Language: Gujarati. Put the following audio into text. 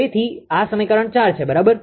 તેથી આ સમીકરણ 4 છે બરાબર